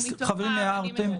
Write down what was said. חברים, הערתם.